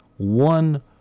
One